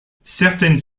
certaines